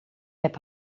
heb